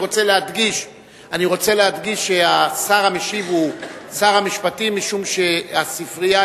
אני רוצה להדגיש שהשר המשיב הוא שר המשפטים משום שהספרייה